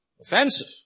offensive